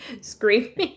screaming